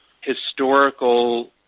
historical